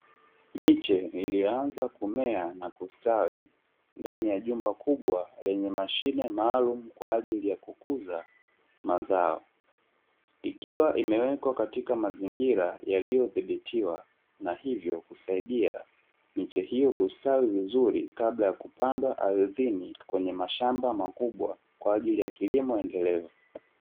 Miche iliyoanza kumea na kustawi ndani ya jumba kubwa lenye mashine maalumu kwa ajili ya kukuza mazao, ikiwa imewekwa katika mazingira yaliyodhibitiwa na hivyo kusaidia miche hiyo kustawi vizuri kabla ya kupandwa ardhini kwenye mashamba makubwa, kwa ajili ya kilimo endelevu.